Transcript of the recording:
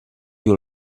you